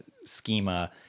schema